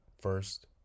First